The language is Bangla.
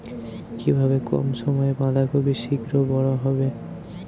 কিভাবে কম সময়ে বাঁধাকপি শিঘ্র বড় হবে?